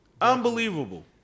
Unbelievable